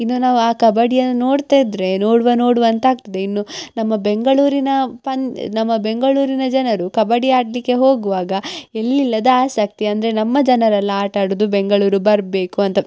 ಇನ್ನು ನಾವು ಆ ಕಬಡ್ಡಿಯನ್ನು ನೋಡ್ತಾ ಇದ್ರೆ ನೋಡುವ ನೋಡುವ ಅಂತಾಗ್ತದೆ ಇನ್ನು ನಮ್ಮ ಬೆಂಗಳೂರಿನ ಪನ್ ನಮ್ಮ ಬೆಂಗಳೂರಿನ ಜನರು ಕಬಡ್ಡಿ ಆಡಲಿಕ್ಕೆ ಹೋಗುವಾಗ ಎಲ್ಲಿಲ್ಲದ ಆಸಕ್ತಿ ಅಂದರೆ ನಮ್ಮ ಜನರೆಲ್ಲ ಆಟಾಡೋದು ಬೆಂಗಳೂರು ಬರಬೇಕು ಅಂತ